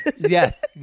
yes